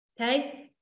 okay